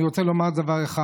אני רוצה לומר דבר אחד: